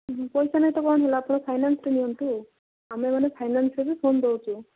ପଇସା ନାହିଁତ କଣହେଲା ଆପଣ ଫାଇନାନ୍ସରେ ନିଅନ୍ତୁ ଆମେମାନେ ଫାଇନାନ୍ସରେ ବି ଫୋନ୍ ଦେଉଛୁ